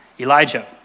Elijah